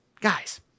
guys